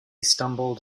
stumbled